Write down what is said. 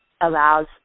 allows